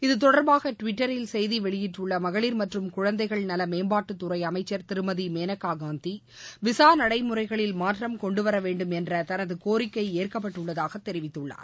இத்தொடர்பாக டுவிட்டரில் செய்தி வெளியிட்டுள்ள மகளிர் மற்றும் குழந்தைகள் நல மேம்பாட்டுத்துறை அமைச்ச் திருமதி மேனகா காந்தி விசா நடைமுறைகளில் மாற்றம் கொண்டுவர வேண்டும் என்ற தமது கோரிக்கை ஏற்கப்பட்டுள்ளதாக தெரிவித்துள்ளார்